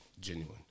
genuine